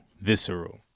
visceral